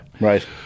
Right